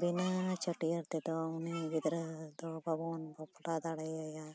ᱵᱤᱱᱟᱹ ᱪᱷᱟᱹᱴᱭᱟᱹᱨ ᱛᱮᱫᱚ ᱩᱱᱤ ᱜᱤᱫᱽᱨᱟᱹ ᱫᱚ ᱵᱟᱵᱚᱱ ᱵᱟᱯᱞᱟ ᱫᱟᱲᱮ ᱟᱭᱟ